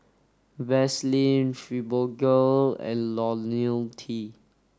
Vaselin Fibogel and Ionil T